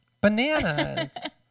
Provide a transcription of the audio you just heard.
Bananas